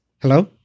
Hello